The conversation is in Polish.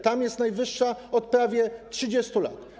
Tam jest najwyższa od prawie 30 lat.